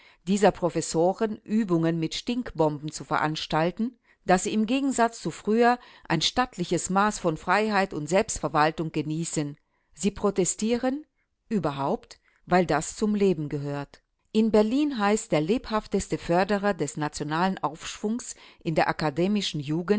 dieser professoren übungen mit stinkbomben zu veranstalten daß sie im gegensatz zu früher ein stattliches maß von freiheit